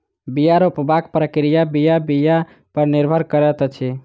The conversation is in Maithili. बीया रोपबाक प्रक्रिया बीया बीया पर निर्भर करैत अछि